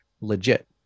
legit